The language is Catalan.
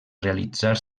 realitzar